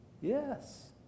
Yes